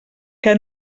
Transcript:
que